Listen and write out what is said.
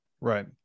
right